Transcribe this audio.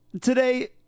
Today